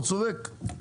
הוא צודק.